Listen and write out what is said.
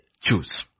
choose